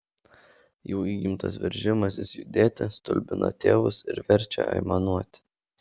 jų įgimtas veržimasis judėti stulbina tėvus ir verčia aimanuoti